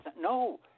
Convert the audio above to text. no